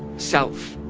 self,